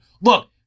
look